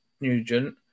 Nugent